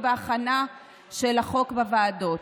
בהכנה של החוק בוועדה.